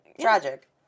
Tragic